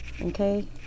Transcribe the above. Okay